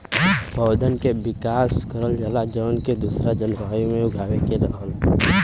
पौधन के विकास करल जाला जौन के दूसरा जलवायु में उगावे के रहला